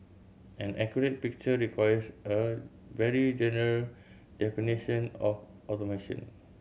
an accurate picture requires a very general definition of automation